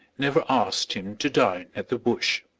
never asked him to dine at the bush.